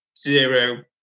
zero